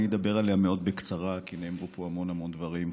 אני אדבר עליה מאוד בקצרה כי נאמרו פה המון המון דברים חכמים,